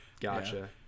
Gotcha